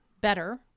better